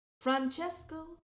Francesco